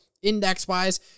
Index-wise